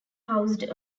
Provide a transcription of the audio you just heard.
housed